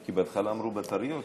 כי בהתחלה אמרו בטריות,